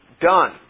done